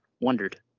wondered